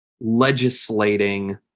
legislating